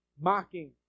Mocking